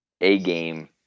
A-game